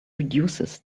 reduces